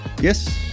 Yes